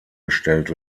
gestellt